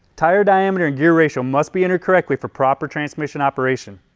tire diameter and gear ratio must be entered correctly for proper transmission operation.